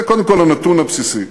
זה קודם כול, הנתון הבסיסי.